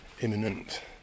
imminent